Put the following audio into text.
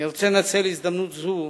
אני רוצה לנצל הזדמנות זו